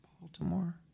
Baltimore